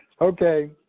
okay